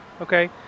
okay